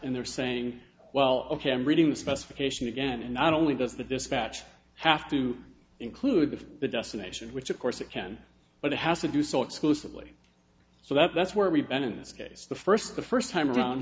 in there saying well ok i'm reading the specification again and not only does the dispatch have to include the destination which of course it can but it has to do so exclusively so that's where we've been in this case the first the first time around